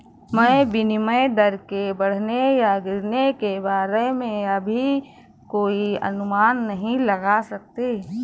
मैं विनिमय दर के बढ़ने या गिरने के बारे में अभी कोई अनुमान नहीं लगा सकती